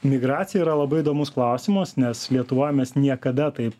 migracija yra labai įdomus klausimas nes lietuvoj mes niekada taip